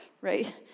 right